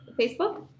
Facebook